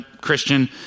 Christian